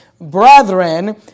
brethren